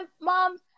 mom